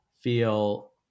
feel